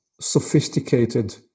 sophisticated